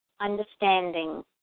understanding